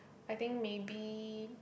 I think maybe